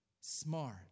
Smart